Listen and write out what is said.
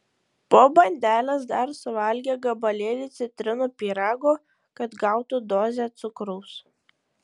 po bandelės dar suvalgė gabalėlį citrinų pyrago kad gautų dozę cukraus